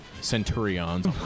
centurions